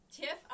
Tiff